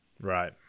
Right